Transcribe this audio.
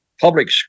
public